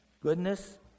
goodness